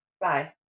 bye